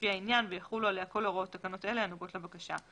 לפי העניין ויחלו עליה כל הוראות תקנות אלה הנוגעות לבקשה.